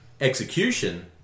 Execution